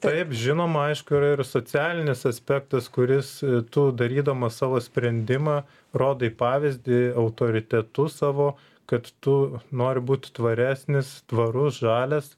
taip žinoma aišku yra ir socialinis aspektas kuris tu darydamas savo sprendimą rodai pavyzdį autoritetu savo kad tu nori būt tvaresnis tvarus žalias